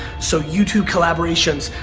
so youtube collaborations.